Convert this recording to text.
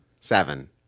seven